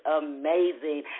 amazing